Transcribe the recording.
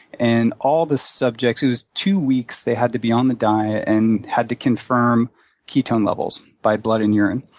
and all the subjects it was two weeks they had to be on the diet and had to confirm ketone levels by blood and urine.